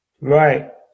Right